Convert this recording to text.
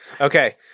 Okay